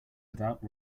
without